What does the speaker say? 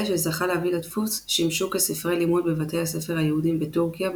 אלה שזכה להביא לדפוס שימשו כספרי לימוד בבתי הספר היהודים בטורקיה,